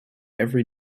every